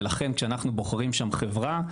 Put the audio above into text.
ולכן, כשאנחנו בוחרים של חברה,